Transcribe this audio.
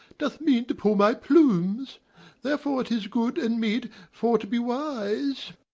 doth mean to pull my plumes therefore tis good and meet for to be wise.